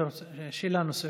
שאלה נוספת.